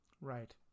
right